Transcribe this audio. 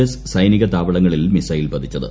S സൈനിക താവളങ്ങളിൽ missile പതിച്ചത്